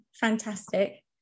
fantastic